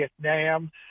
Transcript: Vietnam